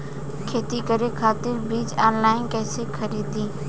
खेती करे खातिर बीज ऑनलाइन कइसे खरीदी?